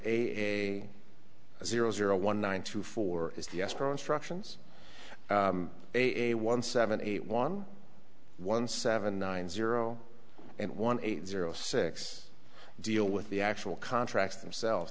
zero one one through four is the escrow instructions a one seven eight one one seven nine zero and one eight zero six deal with the actual contracts themselves